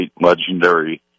legendary